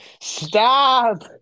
stop